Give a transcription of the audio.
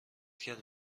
کرد